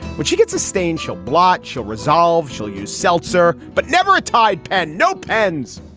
when she gets a stain, she'll block. she'll resolve. she'll use seltzer, but never a tie. and no pens.